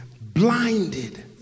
blinded